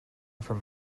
from